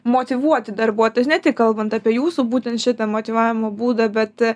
motyvuoti darbuotojus ne tik kalbant apie jūsų būtent šitą motyvavimo būdą bet